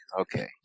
Okay